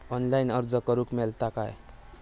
Online अर्ज करूक मेलता काय?